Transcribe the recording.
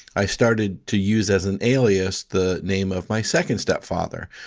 i started to use as an alias the name of my second stepfather.